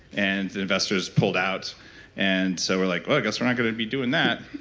and the investors pulled out and so we're like well, i guess we're not going to be doing that.